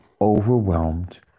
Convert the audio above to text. overwhelmed